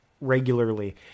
regularly